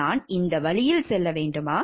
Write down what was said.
நான் இந்த வழியில் செல்ல வேண்டுமா